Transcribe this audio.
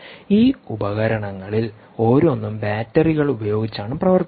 ഈ ഉപകരണങ്ങളിൽ ഓരോന്നും ബാറ്ററികൾ ഉപയോഗിച്ചാണ് പ്രവർത്തിക്കുന്നത്